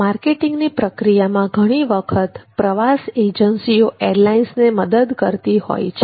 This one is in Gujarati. માર્કેટિંગની પ્રક્રિયામાં ઘણી વખત પ્રવાસ ટ્રાવેલ એજન્સીઓ એરલાઇન્સને મદદ કરતી હોય છે